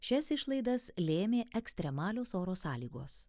šias išlaidas lėmė ekstremalios oro sąlygos